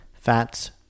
Fats